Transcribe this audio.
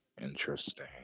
interesting